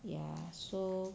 ya so